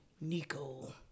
Nico